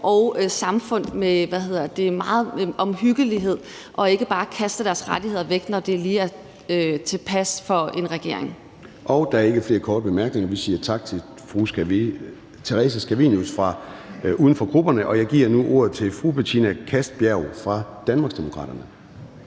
og samfund meget omhyggeligt og ikke bare kaste deres rettigheder væk, når det lige er passende for en regering. Kl. 13:40 Formanden (Søren Gade): Der er ikke flere korte bemærkninger, så vi siger tak til fru Theresa Scavenius, uden for grupperne. Jeg giver nu ordet til fru Betina Kastbjerg fra Danmarksdemokraterne.